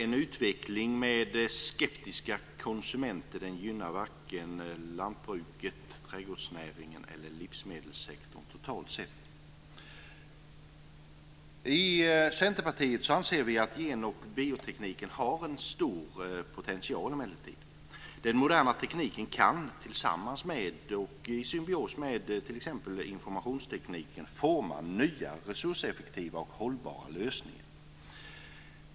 En utveckling med skeptiska konsumenter gynnar varken lantbruket, trädgårdsnäringen eller livsmedelssektorn totalt sett. I Centerpartiet anser vi emellertid att gen och biotekniken har en stor potential. Den moderna tekniken kan tillsammans med och i symbios med t.ex. informationstekniken forma nya resurseffektiva och hållbara lösningar.